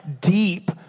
deep